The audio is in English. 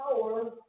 power